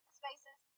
spaces